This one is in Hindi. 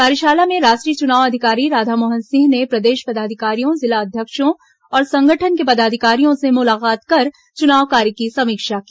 कार्यशाला में राष्ट्रीय चुनाव अधिकारी राधामोहन सिंह ने प्रदेश पदाधिकारियों जिला अध्यक्षों और संगठन के पदाधिकारियों से मुलाकात कर चुनाव कार्य की समीक्षा की